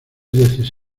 dieciséis